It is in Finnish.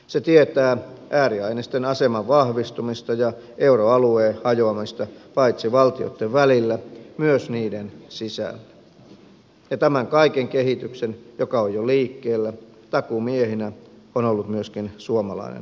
se tietää ääriainesten aseman vahvistumista ja euroalueen hajoamista paitsi valtioitten välillä myös niiden sisällä ja tämän kaiken kehityksen joka on jo liikkeellä takuumiehenä on ollut myöskin suomalainen vasemmisto